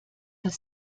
das